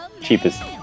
cheapest